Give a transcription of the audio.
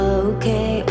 okay